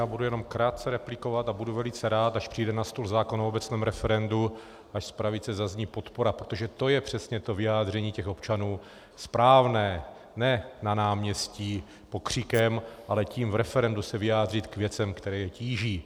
Já budu jenom krátce replikovat a budu velice rád, až přijde na stůl zákon o obecném referendu, až z pravice zazní podpora, protože to je přesně to vyjádření těch občanů, správné, ne na náměstí pokřikem, ale tím v referendu se vyjádřit k věcem, které je tíží.